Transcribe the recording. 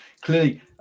clearly